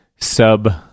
sub